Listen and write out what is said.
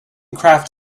craft